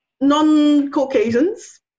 non-Caucasians